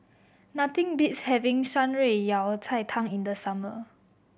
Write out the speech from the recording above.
nothing beats having Shan Rui Yao Cai Tang in the summer